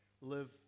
live